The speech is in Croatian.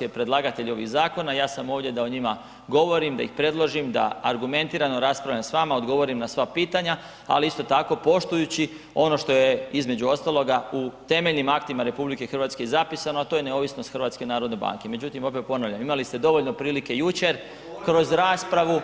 je predlagatelj ovih zakona, ja sam ovdje da o njima govorim, da ih predložim, da argumentirano raspravljam s vama, odgovorim na sva pitanja, ali isto tako poštujući ono što je između ostaloga u temeljnim aktima RH i zapisano, a to je neovisnost HNB-a, međutim opet ponavljam, imali ste dovoljno prilike jučer kroz raspravu